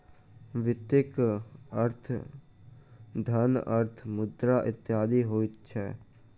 वित्तक अर्थ धन, अर्थ, मुद्रा इत्यादि होइत छै